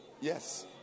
Yes